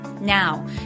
Now